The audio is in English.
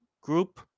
group